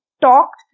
talked